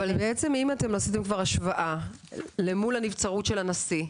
אבל בעצם אם אתם עשיתם כבר השוואה למול הנבצרות של הנשיא,